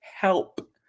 help